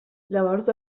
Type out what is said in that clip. llavors